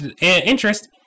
interest